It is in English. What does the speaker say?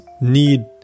need